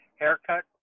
haircut